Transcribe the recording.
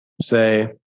say